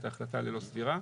את ההחלטה ללא סבירה.